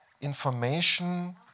information